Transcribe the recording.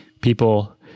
people